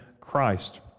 Christ